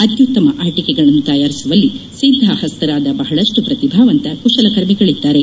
ಅತ್ಯುತ್ತಮ ಆಟಿಕೆಗಳನ್ನು ತಯಾರಿಸುವಲ್ಲಿ ಸಿದ್ದಹಸ್ತರಾದ ಬಹಳಷ್ಟು ಪ್ರತಿಭಾವಂತ ಕುಶಲಕರ್ಮಿಗಳಿದ್ದಾರೆ